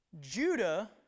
Judah